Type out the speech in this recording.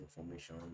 information